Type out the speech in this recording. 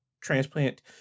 transplant